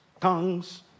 tongues